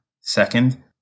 Second